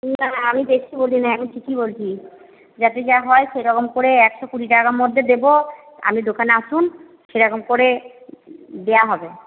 না আমি দেখছি যদি নেন যাতে যা হয় সেইরকম করে একশো কুড়ি টাকার মধ্যে দেব আপনি দোকানে আসুন সেরকম করে দেওয়া হবে